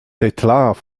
tedlar